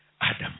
Adam